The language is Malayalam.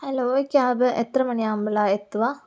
ഹലോ ക്യാബ് എത്ര മണിയാകുമ്പോളാണ് എത്തുക